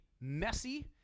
messy